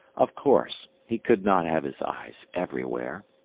of course, he could not have his eyes everywhere.